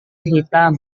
hitam